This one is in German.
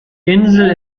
insel